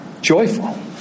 joyful